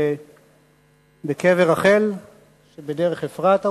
בקבר רחל שבדרך אפרתה,